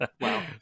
Wow